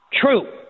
true